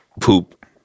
Poop